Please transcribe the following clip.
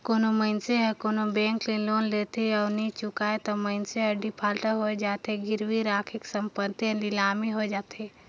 कोनो मइनसे हर कोनो बेंक ले लोन लेथे अउ नी चुकाय ता मइनसे हर डिफाल्टर होए जाथे, गिरवी रराखे संपत्ति हर लिलामी होए जाथे